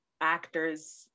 actors